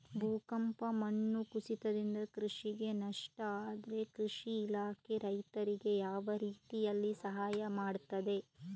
ಭೂಕಂಪ, ಮಣ್ಣು ಕುಸಿತದಿಂದ ಕೃಷಿಗೆ ನಷ್ಟ ಆದ್ರೆ ಕೃಷಿ ಇಲಾಖೆ ರೈತರಿಗೆ ಯಾವ ರೀತಿಯಲ್ಲಿ ಸಹಾಯ ಮಾಡ್ತದೆ?